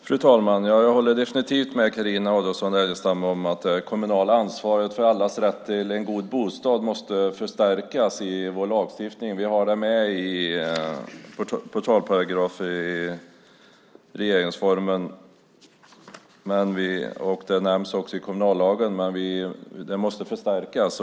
Fru talman! Jag håller definitivt med Carina Adolfsson Elgestam om att det kommunala ansvaret för allas rätt till en god bostad måste förstärkas i vår lagstiftning. Det finns med i portalparagrafer i regeringsformen och det nämns i kommunallagen, men det måste förstärkas.